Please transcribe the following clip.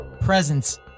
presence